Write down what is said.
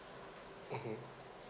mmhmm